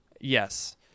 yes